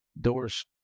doors